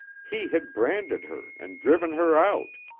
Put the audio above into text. he had branded her and driven her out.